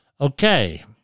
Okay